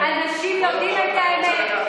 עוד לא דיברנו על ההסתייגויות.